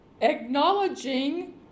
acknowledging